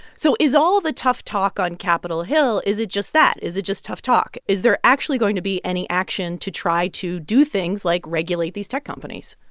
so is all the tough talk on capitol hill, is it just that? is it just tough talk? is there actually going to be any action to try to do things like regulate these tech companies?